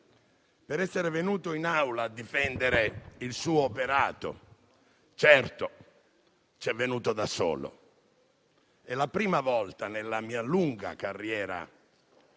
per essere venuto in Aula a difendere il suo operato. Certo, ci è venuto da solo. È la prima volta nella mia lunga carriera politica